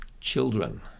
children